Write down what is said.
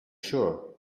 sure